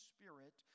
Spirit